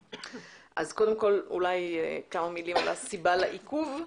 קודם כל, אולי כמה מילים על הסיבה לעיכוב?